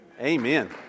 Amen